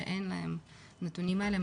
שאין להם הנתונים האלה,